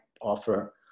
offer